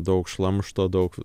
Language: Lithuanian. daug šlamšto daug